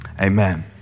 amen